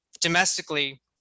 domestically